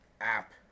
app